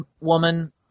woman